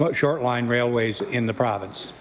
but short line railways in the province.